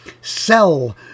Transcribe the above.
sell